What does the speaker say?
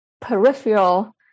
peripheral